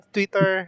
Twitter